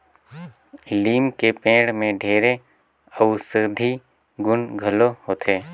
लीम के पेड़ में ढेरे अउसधी गुन घलो होथे